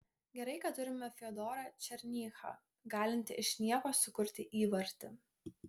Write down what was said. gerai kad turime fiodorą černychą galintį iš nieko sukurti įvartį